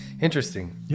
Interesting